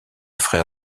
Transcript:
frère